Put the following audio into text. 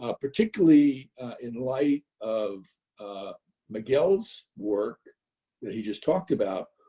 ah particularly in light of miguel's work he just talked about,